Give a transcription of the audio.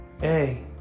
hey